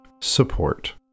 support